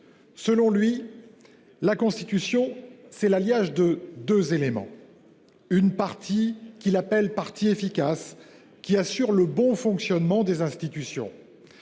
Selon lui, une constitution, c’est l’alliage de deux éléments : d’une part, une « partie efficace », qui assure le bon fonctionnement des institutions